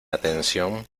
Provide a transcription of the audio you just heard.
atención